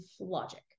logic